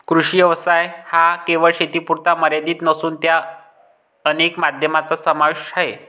कृषी व्यवसाय हा केवळ शेतीपुरता मर्यादित नसून त्यात अनेक माध्यमांचा समावेश आहे